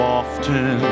often